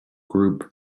group